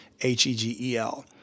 H-E-G-E-L